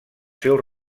seus